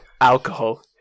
alcohol